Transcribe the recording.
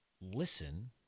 listen